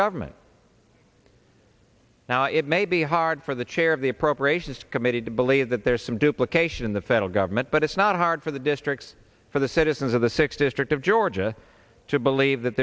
government now it may be hard for the chair of the appropriations committee to believe that there's some duplications in the federal government but it's not hard for the districts for the citizens of the six district of georgia to believe that